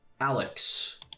Alex